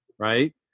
Right